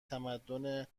تمدن